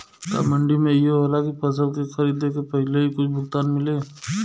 का मंडी में इहो होला की फसल के खरीदे के पहिले ही कुछ भुगतान मिले?